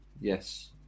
Yes